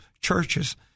churches